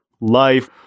life